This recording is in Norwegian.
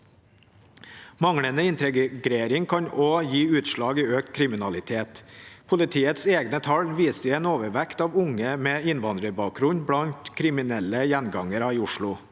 Manglende integrering kan også gi utslag i økt kriminalitet. Politiets egne tall viser en overvekt av unge med innvandrerbakgrunn blant kriminelle gjengangere i Oslo.